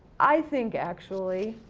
i think actually,